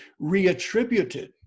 reattributed